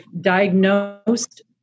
diagnosed